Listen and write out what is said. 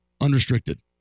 unrestricted